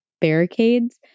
barricades